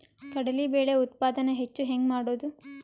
ಕಡಲಿ ಬೇಳೆ ಉತ್ಪಾದನ ಹೆಚ್ಚು ಹೆಂಗ ಮಾಡೊದು?